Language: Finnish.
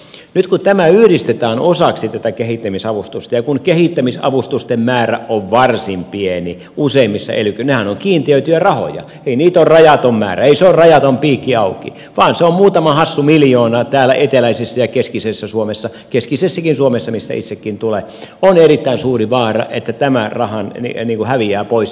nyt kun tämä yhdistetään osaksi tätä kehittämisavustusta ja kun kehittämisavustusten määrä on varsin pieni useimmissa ely keskuksissa nehän ovat kiintiöityjä rahoja ei niitä ole rajaton määrä ei ole rajaton piikki auki vaan se on muutama hassu miljoona täällä eteläisessä ja keskisessä suomessa keskisessäkin suomessa mistä itsekin tulen on erittäin suuri vaara että tämä raha häviää pois